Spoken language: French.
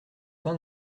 pain